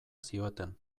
zioten